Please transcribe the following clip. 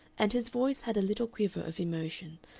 and his voice had a little quiver of emotion,